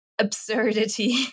absurdity